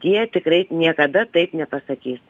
jie tikrai niekada taip nepasakys